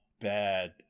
bad